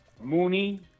Mooney